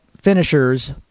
finishers